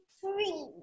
three